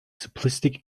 simplistic